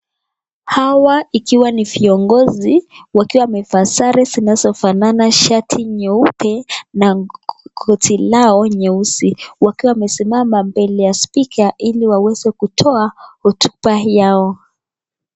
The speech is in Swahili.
Hawa wakiwa ni viongozi wakiwa wamevalia sare zinazofanana shati nyeupe na koti lao nyeupe pia wameweza kusimama mbele ya spika ili kuweza kutoa hotuba yao.